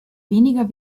weniger